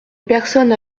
personnes